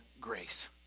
grace